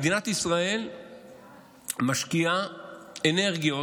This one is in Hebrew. מדינת ישראל משקיעה אנרגיות,